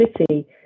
city